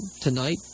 tonight